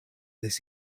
this